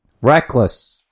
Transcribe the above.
Reckless